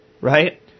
right